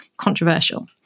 controversial